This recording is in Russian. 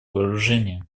вооружения